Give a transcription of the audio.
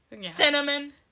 Cinnamon